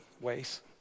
ways